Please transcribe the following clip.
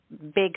Big